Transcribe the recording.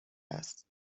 است